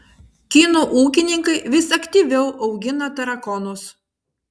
kinų ūkininkai vis aktyviau augina tarakonus